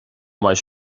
mbeidh